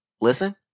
listen